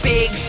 Big